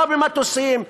לא במטוסים,